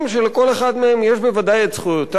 שלכל אחד מהם יש בוודאי זכויותיו,